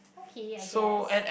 okay I guess